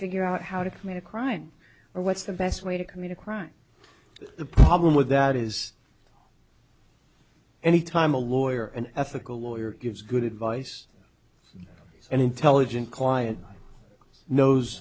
figure out how to commit a crime or what's the best way to commit a crime the problem with that is anytime a lawyer an ethical lawyer gives good advice and intelligent client knows